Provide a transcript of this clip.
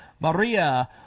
Maria